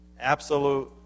absolute